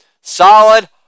Solid